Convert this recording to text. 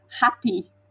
happy